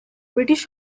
british